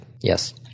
yes